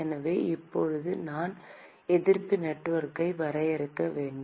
எனவே இப்போது நான் எதிர்ப்பு நெட்வொர்க்கை வரைய வேண்டும்